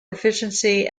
efficiency